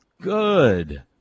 good